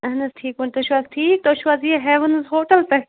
اہن حظ ٹھیٖک پٲٹھۍ تُہۍ چھُو حظ ٹھیٖک تُہۍ چھُو حظ یہِ ہیٚوٕنٕز ہوٹَل پٮ۪ٹھ